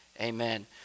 amen